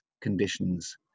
conditions